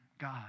God